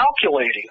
calculating